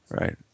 Right